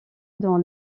dans